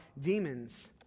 demons